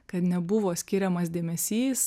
kad nebuvo skiriamas dėmesys